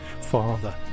Father